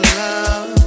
love